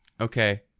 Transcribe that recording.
okay